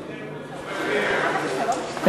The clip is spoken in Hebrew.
קולגות.